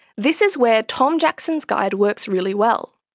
this is where tom jackson's guide works really well,